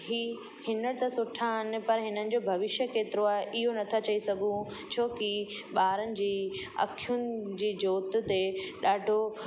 ही हिन जा सुठा आहिनि पर हिननि जो भविष्य केतिरो आहे इहो नथा चई सघूं छोकी ॿारनि जी अखियुनि जी जोति ते ॾाढो